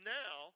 now